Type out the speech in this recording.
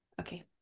okay